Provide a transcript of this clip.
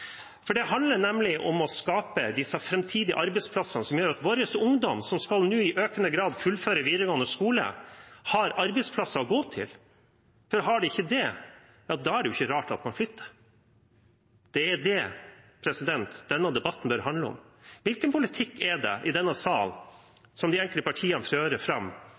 Det handler nemlig om å skape de framtidige arbeidsplassene som gjør at vår ungdom, som nå i økende grad skal fullføre videregående skole, har arbeidsplasser å gå til. Har de ikke det, ja, da er det ikke rart at de flytter. Det er det denne debatten bør handle om. Hvilken politikk de enkelte partiene framfører i denne sal,